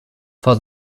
for